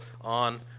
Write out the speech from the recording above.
on